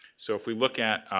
so if we look at,